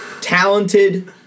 talented